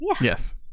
Yes